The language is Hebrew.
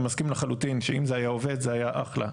אני מסכים לחלוטין שאם זה היה עובד זה היה אחלה.